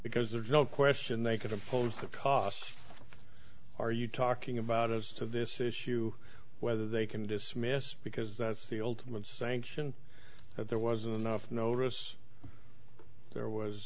because there's no question they could impose the costs are you talking about as to this issue whether they can dismiss because that's the ultimate sanction that there wasn't enough notice there was